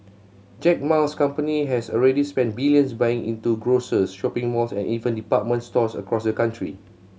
Jack Ma's company has already spent billions buying into grocers shopping malls and even department stores across the country